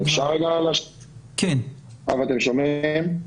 אם נראה שיש בנקודות או בנקודה מסוימת לחץ,